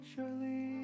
Surely